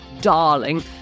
darling